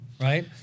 right